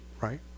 right